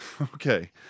Okay